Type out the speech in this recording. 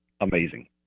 amazing